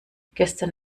gestern